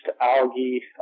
algae